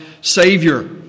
Savior